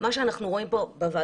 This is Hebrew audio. מה שאנחנו רואים פה בוועדות